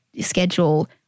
schedule